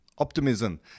optimism